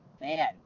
Man